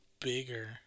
bigger